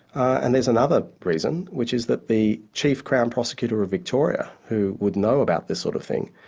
and there's another reason, which is that the chief crown prosecutor of victoria, who would know about this sort of thing,